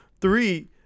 Three